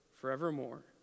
forevermore